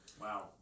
Wow